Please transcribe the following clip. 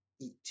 eat